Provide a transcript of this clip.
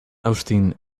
austin